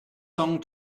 song